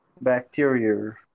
bacteria